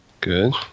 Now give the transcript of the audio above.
Good